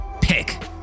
pick